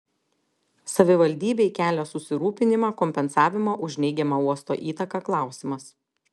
savivaldybei kelia susirūpinimą kompensavimo už neigiamą uosto įtaką klausimas